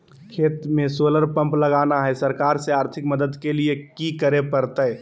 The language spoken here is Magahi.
खेत में सोलर पंप लगाना है, सरकार से आर्थिक मदद के लिए की करे परतय?